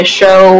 show